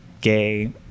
gay